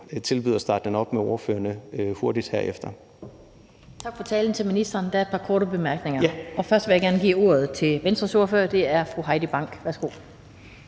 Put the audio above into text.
vil tilbyde at starte den op med ordførerne hurtigt herefter.